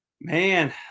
Man